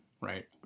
right